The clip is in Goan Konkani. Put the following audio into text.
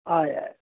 हय हय हय